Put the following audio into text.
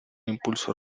impulso